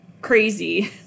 crazy